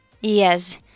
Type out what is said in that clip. Yes